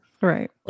Right